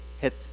hit